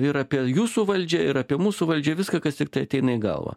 ir apie jūsų valdžią ir apie mūsų valdžią viską kas tiktai ateina į galvą